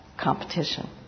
competition